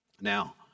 Now